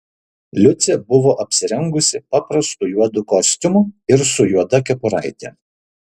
liucė buvo apsirengusi paprastu juodu kostiumu ir su juoda kepuraite